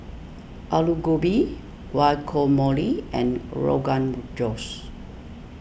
Alu Gobi Guacamole and Rogan Josh